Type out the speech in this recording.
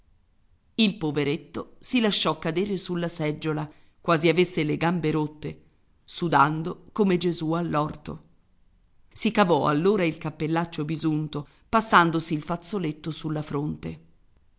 il poveretto si lasciò cadere sulla seggiola quasi avesse le gambe rotte sudando come gesù all'orto si cavò allora il cappellaccio bisunto passandosi il fazzoletto sulla fronte